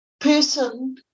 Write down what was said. person